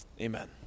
Amen